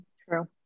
True